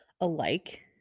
alike